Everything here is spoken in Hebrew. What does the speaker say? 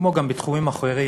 כמו גם בתחומים אחרים,